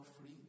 free